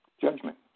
judgment